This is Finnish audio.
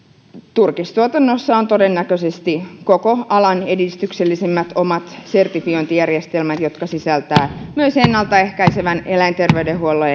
turkistuotannossa on todennäköisesti koko alan edistyksellisimmät omat sertifiointijärjestelmät jotka sisältävät myös ennalta ehkäisevän eläinterveydenhuollon